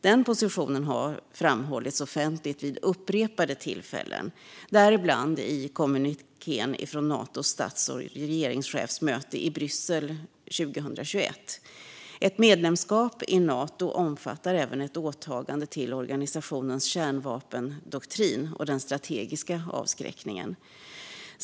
Denna position har framhållits offentligt vid upprepade tillfällen, däribland i kommunikén från Natos stats och regeringschefsmöte i Bryssel 2021. Ett medlemskap i Nato omfattar även ett åtagande gällande organisationens kärnvapendoktrin och den strategiska avskräckningen.